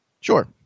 Sure